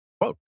Quote